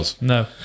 no